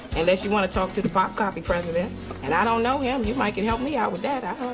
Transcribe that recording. unless you want to talk to the popcopy president and i don't know him, you might could help me out with that.